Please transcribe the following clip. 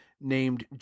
named